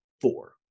four